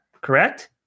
correct